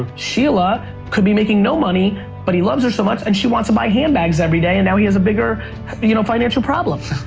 sheila could be making no money, but he loves her so much and she wants to buy handbags everyday and now he has a bigger you know financial problem.